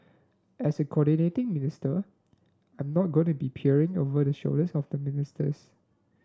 as a coordinating minister I'm not going to be peering over the shoulders of the ministers